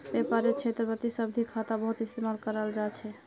व्यापारेर क्षेत्रतभी सावधि खाता बहुत इस्तेमाल कराल जा छे